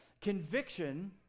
conviction